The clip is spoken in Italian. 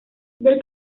del